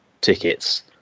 tickets